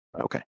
okay